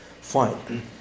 Fine